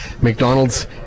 McDonald's